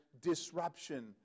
disruption